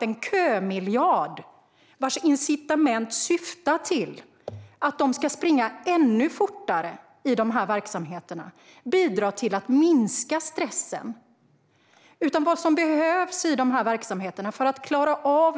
En kömiljard, som ska ge incitament till att springa ännu fortare i dessa verksamheter, bidrar inte till att minska stressen.